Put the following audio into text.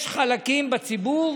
יש חלקים בציבור